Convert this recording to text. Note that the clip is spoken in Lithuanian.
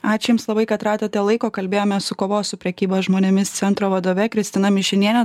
ačiū jums labai kad radote laiko kalbėjomės su kovos su prekyba žmonėmis centro vadove kristina mišiniene